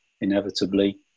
inevitably